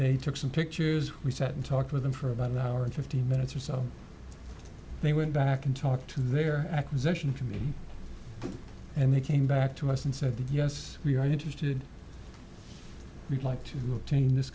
they took some pictures we sat and talked with them for about an hour and fifteen minutes or so they went back and talked to their acquisition committee and they came back to us and said yes we are interested we'd like to routine this